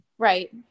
Right